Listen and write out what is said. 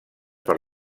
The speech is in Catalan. per